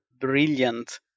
brilliant